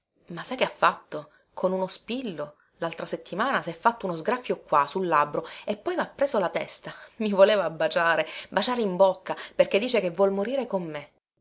ma sa che ha fatto con uno spillo laltra settimana sè fatto uno sgraffio qua sul labbro e poi mha preso la testa mi voleva baciare baciare in bocca perché dice che vuol morire con me